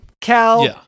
Cal